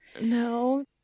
No